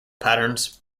patterns